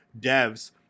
devs